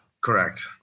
Correct